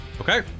Okay